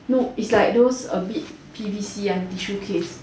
no it's those like those a bit P_V_C one tissue case